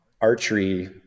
archery